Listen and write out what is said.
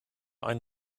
ein